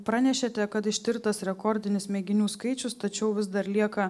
pranešėte kad ištirtas rekordinis mėginių skaičius tačiau vis dar lieka